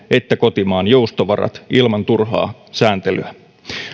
että kotimaan joustovarat ilman turhaa sääntelyä